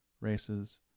races